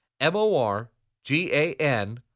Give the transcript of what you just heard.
M-O-R-G-A-N